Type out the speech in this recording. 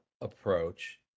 approach